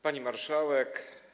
Pani Marszałek!